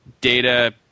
data